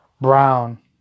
Brown